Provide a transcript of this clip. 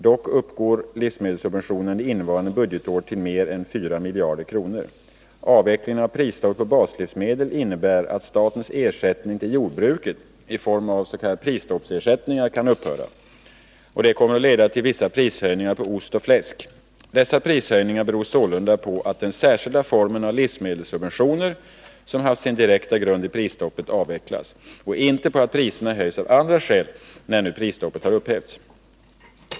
Dock uppgår de under innevarande budgetår till mer än 4 miljarder kronor. Avvecklingen av prisstoppet på baslivsmedel innebär att statens ersättning till jordbruket i form av prisstoppsersättningar kan upphöra. Detta kommer att leda till vissa prishöjningar på ost och fläsk. Dessa prishöjningar beror sålunda på att den särskilda form av livsmedelssubventioner som haft sin direkta grund i prisstoppet avvecklas och inte på att priserna höjs av andra skäl nu när prisstoppet har upphävts.